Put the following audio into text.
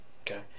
Okay